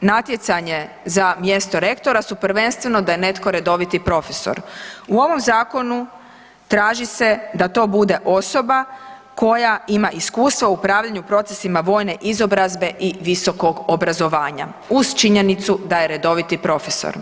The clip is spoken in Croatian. natjecanje za mjesto rektora su prvenstveno da je netko redoviti profesor, u ovom zakonu traži se da to bude osoba koja ima iskustva u upravljanju procesima vojne izobrazbe i visokog obrazovanja uz činjenicu da je redoviti profesor.